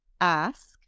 ask